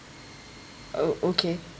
oh okay